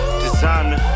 designer